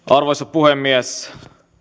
arvoisa puhemies